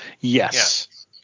Yes